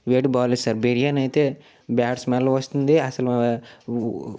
వేడి బాగలేదు సార్ బిర్యానీ అయితే బ్యాడ్ స్మెల్ వస్తుంది అసలు ఉ